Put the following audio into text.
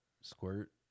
squirt